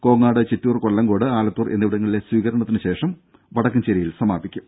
കോങ്ങാട് ചിറ്റൂർ കൊല്ലങ്കോട് ആലത്തൂർ എന്നിവിടങ്ങളിലെ സ്വീകരണത്തിന് ശേഷം വടക്കഞ്ചേരിയിൽ സമാപിക്കും